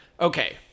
Okay